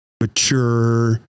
mature